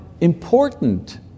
important